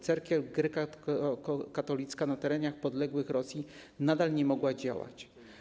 Cerkiew greckokatolicka na terenach podległych Rosji nadal nie mogła działać.